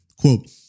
Quote